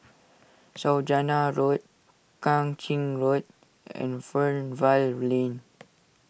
Saujana Road Kang Ching Road and Fernvale Lane